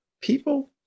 People